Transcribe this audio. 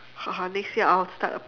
next year I'll start a